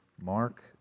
Mark